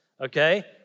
okay